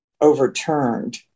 overturned